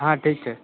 હા ઠીક છે